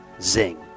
Zing